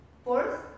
Fourth